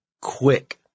quick